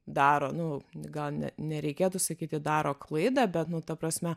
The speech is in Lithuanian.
daro nu gal ne nereikėtų sakyti daro klaidą bet nu ta prasme